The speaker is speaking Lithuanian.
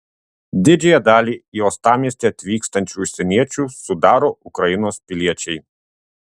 didžiąją dalį į uostamiestį atvykstančių užsieniečių sudaro ukrainos piliečiai